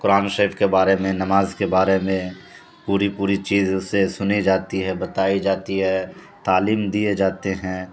قرآن شریف کے بارے میں نماز کے بارے میں پوری پوری چیز سے سنی جاتی ہے بتائی جاتی ہے تعلیم دیے جاتے ہیں